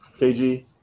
KG